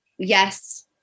Yes